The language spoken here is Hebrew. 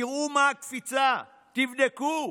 תראו מה הקפיצה, תבדקו.